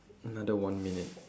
another one minute